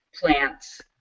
plants